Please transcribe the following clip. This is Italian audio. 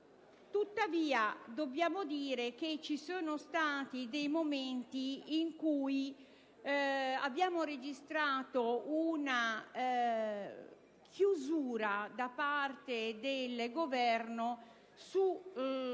Tuttavia, dobbiamo dire che vi sono stati dei momenti in cui abbiamo registrato una chiusura da parte del Governo su